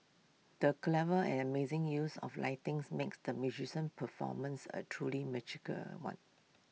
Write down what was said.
the clever and amazing use of lighting's makes the musician performance A truly magical one